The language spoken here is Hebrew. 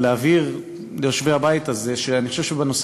להבהיר ליושבי הבית הזה שאני חושב שבנושא